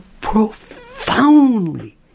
profoundly